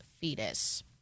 fetus